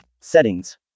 Settings